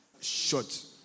short